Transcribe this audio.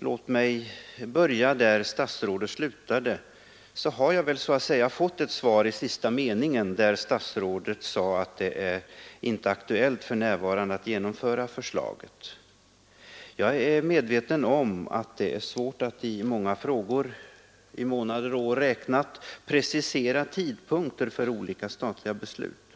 För att börja där statsrådet slutade har jag väl fått ett svar i sista meningen, där statsrådet sade: ”Det är inte aktuellt för närvarande att genomföra förslaget.” Jag är medveten om att det i många frågor är svårt att med angivande av månad och år exakt precisera tidpunkter för olika kommande statliga beslut,